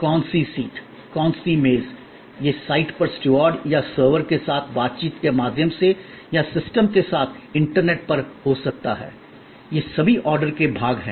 कौन सी सीट कौन सी मेज यह साइट पर स्टीवर्ड या सर्वर के साथ बातचीत के माध्यम से या सिस्टम के साथ इंटरनेट पर हो सकता है ये सभी ऑर्डर के भाग हैं